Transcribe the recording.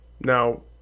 Now